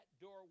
door